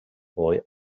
boy